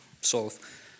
solve